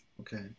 Okay